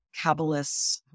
Kabbalists